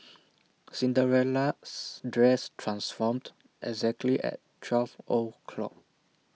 Cinderella's dress transformed exactly at twelve o' clock